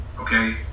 Okay